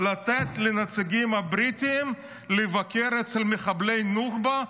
לתת לנציגים הבריטים לבקר אצל מחבלי נוח'בה,